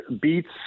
beats